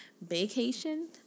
vacation